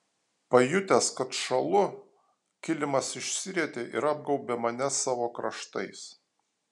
pajutęs kad šąlu kilimas išsirietė ir apgaubė mane savo kraštais